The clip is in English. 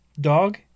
Dog